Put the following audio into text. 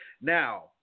Now